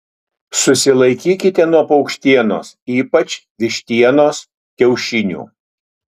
susilaikykite nuo paukštienos ypač vištienos kiaušinių